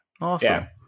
Awesome